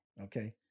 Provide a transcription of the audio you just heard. okay